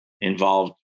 involved